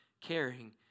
caring